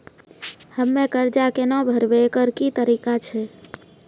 हम्मय कर्जा केना भरबै, एकरऽ की तरीका छै?